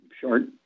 short